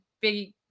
big